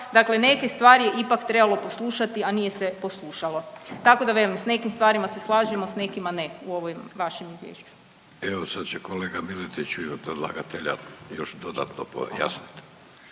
neke stvari je ipak trebalo poslušati, a nije se poslušalo, tako da velim s nekim stvarima se slažemo, s nekima ne u ovom vašem izvješću. **Vidović, Davorko (Socijaldemokrati)** Evo sad će kolega Miletić u ime predlagatelja još dodatno pojasnit